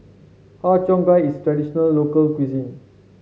Har Cheong Gai is traditional local cuisine